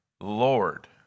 Lord